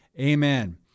Amen